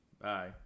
Bye